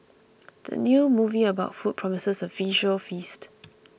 the new movie about food promises a visual feast